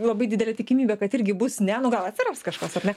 labai didelė tikimybė kad irgi bus ne nu gal atsiras kažkas ar ne